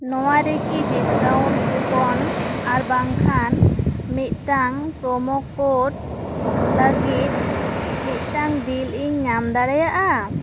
ᱱᱚᱣᱟ ᱨᱮᱠᱤ discount coupon ᱟᱨ ᱵᱟᱝ ᱠᱷᱟᱱ ᱢᱤᱫᱴᱟᱱ ᱯᱨᱚᱢᱚᱠᱚᱴ ᱞᱟᱹᱜᱤᱫ ᱢᱤᱫᱴᱟᱝ ᱵᱤᱞ ᱤᱧ ᱧᱟᱢ ᱫᱟᱲᱮᱭᱟᱜᱼᱟ